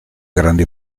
grandi